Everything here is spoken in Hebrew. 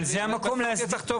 אבל זה המקום להסדיר.